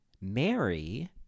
Mary